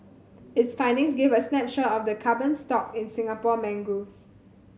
its findings give a snapshot of the carbon stock in Singapore mangroves